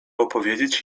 opowiedzieć